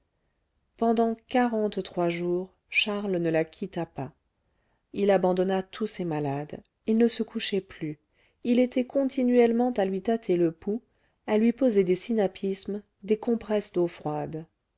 pendant quarante-trois jours charles ne la quitta pas il abandonna tous ses malades il ne se couchait plus il était continuellement à lui tâter le pouls à lui poser des sinapismes des compresses d'eau froide